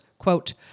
quote